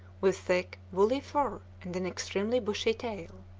with thick, woolly fur and an extremely bushy tail.